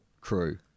crew